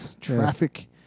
Traffic